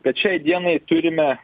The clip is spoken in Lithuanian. kad šiai dienai turime